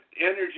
energy